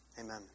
Amen